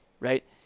Right